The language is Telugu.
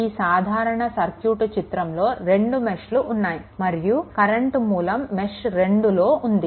ఈ సాధారణ సర్క్యూట్ చిత్రంలో 2 మెష్లు ఉన్నాయి మరియు కరెంట్ మూలం మెష్2లో ఉంది